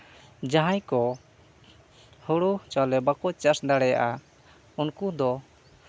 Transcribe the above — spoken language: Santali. ᱡᱟᱦᱟᱸᱭ ᱠᱚ ᱦᱳᱲᱳ ᱪᱟᱣᱞᱮ ᱵᱟᱠᱚ ᱪᱟᱥ ᱫᱟᱲᱮᱭᱟᱜᱼᱟ ᱩᱱᱠᱩ ᱫᱚ